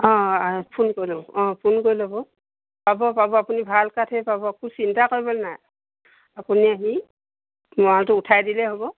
অঁ ফোন কৰি ল'ব অঁ ফোন কৰি ল'ব পাব পাব আপুনি ভাল কাঠই পাব একো চিন্তা কৰিবলৈ নাই আপুনি আহি উঠাই দিলে হ'ব